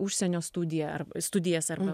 užsienio studiją ar studijas arba